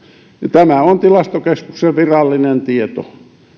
tämä on tilastokeskuksen virallinen tieto